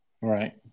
right